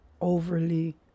overly